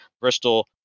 Bristol